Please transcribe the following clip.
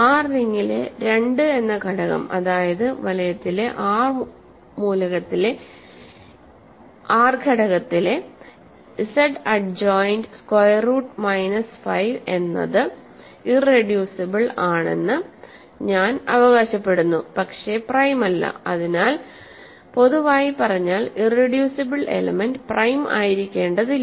R റിങ്ങിലെ 2 എന്ന ഘടകം അതായത് വലയത്തിലെ R എലെമെന്റിലെ Z adjoin square root minus 5 എന്നത് ഇറെഡ്യൂസിബിൾ ആണെന്ന് ഞാൻ അവകാശപ്പെടുന്നു പക്ഷേ പ്രൈം അല്ല അതിനാൽ പൊതുവായി പറഞ്ഞാൽഇറെഡ്യൂസിബിൾ എലമെൻ്റ് പ്രൈം ആയിരിക്കേണ്ടതില്ല